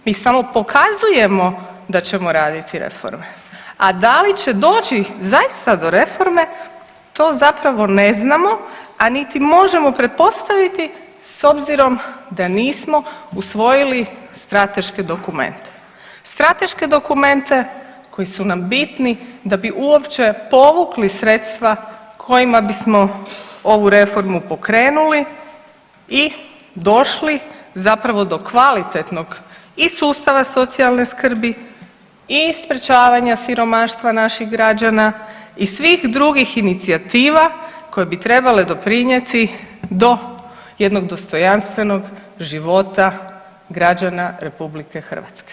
Mi samo pokazujemo da ćemo raditi reforme, a da li će doći zaista do reforme to zapravo ne znamo, a niti možemo pretpostaviti s obzirom da nismo usvojili strateške dokumente, strateške dokumente koji su nam bitni da bi uopće povukli sredstva kojima bismo ovu reformu pokrenuli i došli zapravo do kvalitetnog i sustava socijalne skrbi i sprječavanja siromaštva naših građana i svih drugih inicijativa koje bi trebale doprinjeti do jednog dostojanstvenog života građana RH.